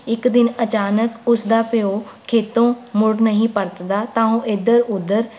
ਇੱਕ ਦਿਨ ਅਚਾਨਕ ਉਸ ਦਾ ਪਿਓ ਖੇਤੋਂ ਮੁੜ ਨਹੀਂ ਪਰਤਦਾ ਤਾਂ ਉਹ ਇੱਧਰ ਉੱਧਰ